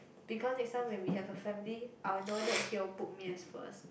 because next time when we have a family I'll know that he'll put me as first